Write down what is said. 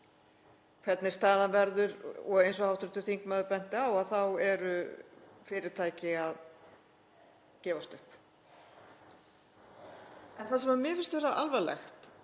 hvernig staðan verður og eins og hv. þingmaður benti á þá eru fyrirtæki að gefast upp. En það sem mér finnst vera alvarlegt